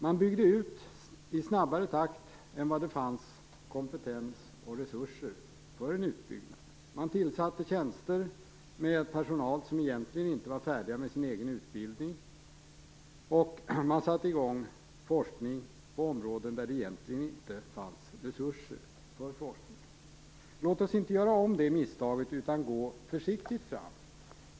Man byggde ut i snabbare takt än det fanns kompetens och resurser för en utbyggnad. Man tillsatte tjänster med personal som egentligen inte var färdiga med sin egen utbildning, och man satte i gång forskning på områden där det egentligen inte fanns resurser för forskning. Låt oss inte göra om det misstaget, utan gå försiktigt fram.